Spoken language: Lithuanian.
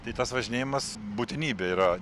tai tas važinėjimas būtinybė yra